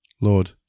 Lord